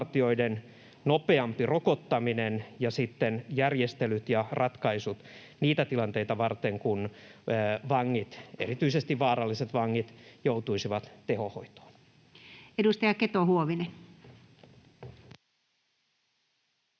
nopeampi rokottaminen ja sitten järjestelyt ja ratkaisut niitä tilanteita varten, kun vangit, erityisesti vaaralliset vangit, joutuisivat tehohoitoon. [Speech 5] Speaker: